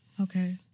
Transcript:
Okay